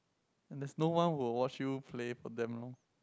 there's no one who will watch you play for that long